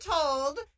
told